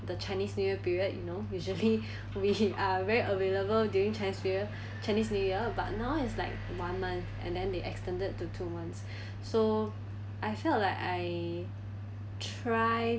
the chinese new year period you know usually we are very available during chinese new year chinese new year but now is like one month and then they extended to two months so I felt like I try